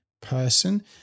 person